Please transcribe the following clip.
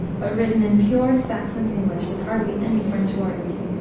but written in pure saxon english with hardly any french words.